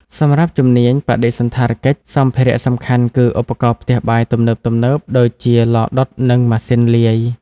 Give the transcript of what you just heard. សម្រាប់ជំនាញ បដិសណ្ឋារកិច្ច សម្ភារៈសំខាន់គឺឧបករណ៍ផ្ទះបាយទំនើបៗដូចជាឡដុតនិងម៉ាស៊ីនលាយ។